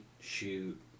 shoot